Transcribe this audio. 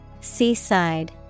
Seaside